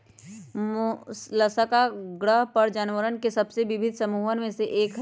Mollusca ग्रह पर जानवरवन के सबसे विविध समूहन में से एक हई